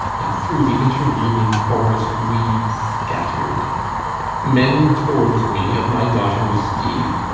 and through the intervening forest weed scattered men told me of my daughters' deed,